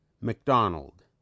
MacDonald